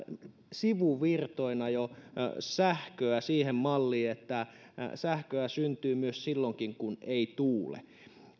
sivuvirtoina jo sähköä siihen malliin että sähköä syntyy silloinkin kun ei tuule